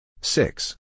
six